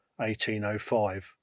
1805